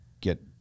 get